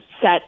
set